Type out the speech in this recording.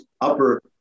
upper